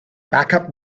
backup